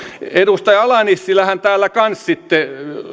edustaja ala nissilähän täällä kanssa sitten